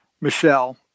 Michelle